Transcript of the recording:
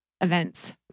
events